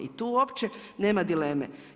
I tu uopće nema dileme.